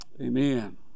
Amen